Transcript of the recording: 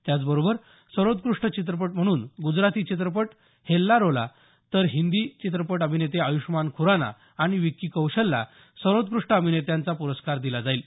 त्याचबरोबर सर्वोत्कृष्ट चित्रपट म्हणून गुजराती चित्रपट हेल्लारोला तर हिंदी चित्रपट अभिनेते आयुष्यमान खुराना आणि विक्की कौशलला सर्वोत्कृष्ट अभिनेत्यांचा पुरस्कार दिला जाईल